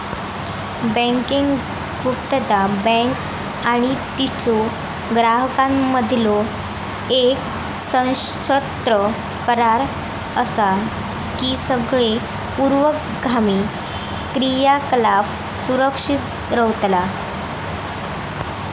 banking गुप्तता, bank आणि तिच्यो ग्राहकांमधीलो येक सशर्त करार असा की सगळे पूर्वगामी क्रियाकलाप सुरक्षित रव्हतला